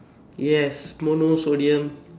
yes mono sodium